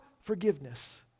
forgiveness